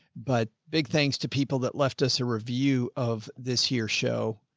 but big thanks to people that left us a review of this year show.